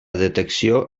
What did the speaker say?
detecció